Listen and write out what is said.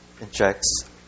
injects